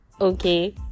Okay